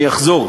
אני אחזור: